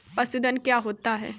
पशुधन क्या होता है?